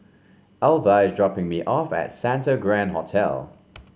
Alvah is dropping me off at Santa Grand Hotel